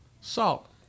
Salt